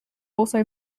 also